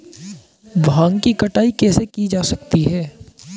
भांग की कटाई कैसे की जा सकती है?